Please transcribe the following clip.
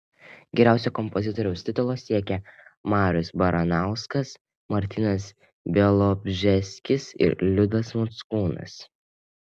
geriausio kompozitoriaus titulo siekia marius baranauskas martynas bialobžeskis ir liudas mockūnas